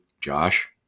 Josh